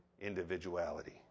individuality